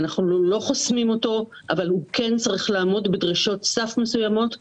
אנחנו לא חוסמים אותו אבל הוא כן צריך לעמוד בדרישות סף מסוימות.